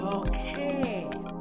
Okay